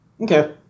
Okay